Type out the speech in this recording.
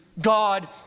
God